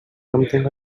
something